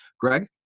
Greg